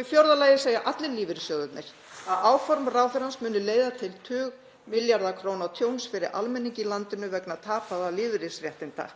Í fjórða lagi segja allir lífeyrissjóðirnir að áform ráðherrans muni leiða til tugmilljarða króna tjóns fyrir almenning í landinu vegna tapaða lífeyrisréttinda.